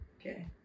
Okay